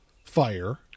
fire